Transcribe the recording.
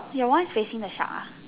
your one is facing the shark ah